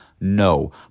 No